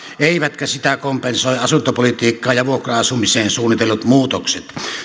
eivätkä sitä kompensoi asuntopolitiikkaan ja vuokra asumiseen suunnitellut muutokset